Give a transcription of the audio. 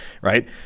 right